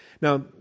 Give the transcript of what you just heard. Now